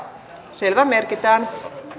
selvä merkitään